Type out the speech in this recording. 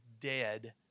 dead